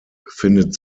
befindet